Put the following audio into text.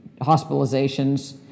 hospitalizations